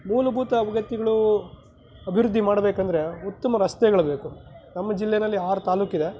ಮೂಲಭೂತ ಅಗತ್ಯಗಳು ಅಭಿವೃದ್ಧಿ ಮಾಡಬೇಕಂದ್ರೆ ಉತ್ತಮ ರಸ್ತೆಗಳು ಬೇಕು ನಮ್ಮ ಜಿಲ್ಲೆಯಲ್ಲಿ ಆರು ತಾಲ್ಲೂಕಿದೆ